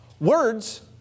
Words